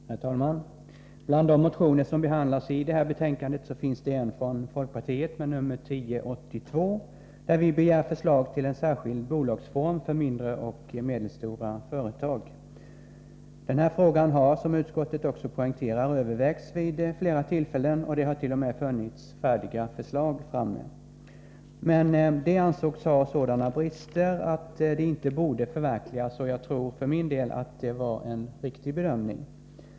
Herr talman! Bland de motioner som behandlas i detta betänkande finns en från folkpartiet med nr 1082, i vilken vi begär förslag till särskild bolagsform för mindre och medelstora företag. Denna fråga har man, som utskottet också poängterar, övervägt vid flera tillfällen. Det hart.o.m. funnits färdiga förslag framme, som dock ansågs ha sådana brister att de inte borde förverkligas. Jag tror för min del att det var en riktig bedömning.